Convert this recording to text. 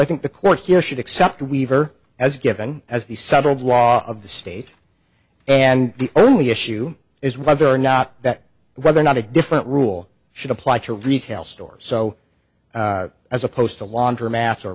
i think the court here should accept weaver as given as the settled law of the state and the only issue is whether or not that whether or not a different rule should apply to retail stores so as opposed to laundromats or